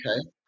Okay